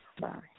Bye